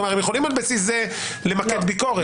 כלומר, הם יכולים על בסיס זה למקד ביקורת.